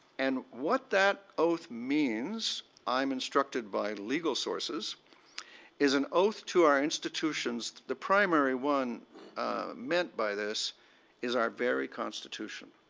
and what that oath means i'm instructed by legal sources is an oath to our constitutions, the primary one meant by this is our very constitution.